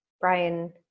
Brian